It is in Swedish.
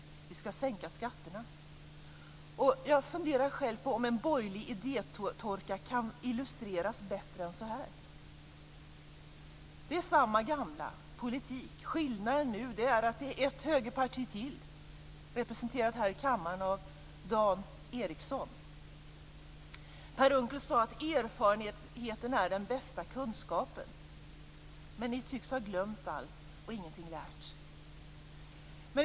Vi skall sänka skatterna. Jag funderar själv på om en borgerlig idétorka kan illustreras bättre än så. Det är alltså samma gamla politik. Skillnaden nu är att det är ett högerparti till, i denna kammare representerat av Dan Ericsson. Per Unckel sade att erfarenhet är den bästa kunskapen. Men ni tycks ha glömt allt och ingenting lärt.